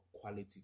quality